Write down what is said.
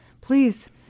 Please